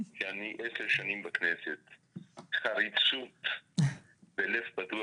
יש אנשים שזקוקים לתיווך בינם לבין המעסיק והעובדים האחרים